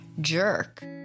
jerk